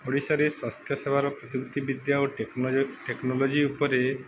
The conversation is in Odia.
ଓଡ଼ିଶାରେ ସ୍ୱାସ୍ଥ୍ୟ ସେବାର ପ୍ରଯୁକ୍ତି ବିଦ୍ୟା ଓ ଟେକ୍ନୋଲୋ ଟେକ୍ନୋଲୋଜି ଉପରେ